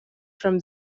from